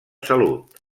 salut